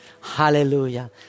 Hallelujah